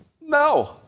no